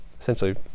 essentially